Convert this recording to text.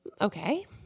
okay